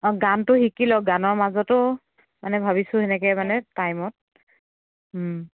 অঁ গানটো শিকি লওক গানৰ মাজতো মানে ভাবিছোঁ সেনেকৈ মানে টাইমত